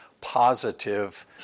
positive